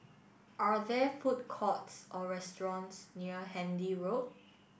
are there food courts or restaurants near Handy Road